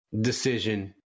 decision